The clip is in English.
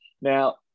Now